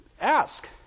Ask